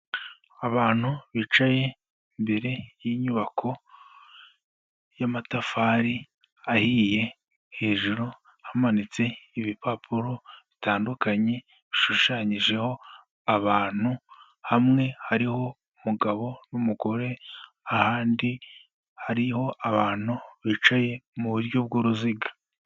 Abantu bicaye imbere y'inyubako y'amatafari ahiye, hejuru hamanitse ibipapuro bitandukanye bishushanyijeho abantu, hamwe hariho umugabo n'umugore, ahandi hariho abantu bicaye mu buryo bw'uruziga.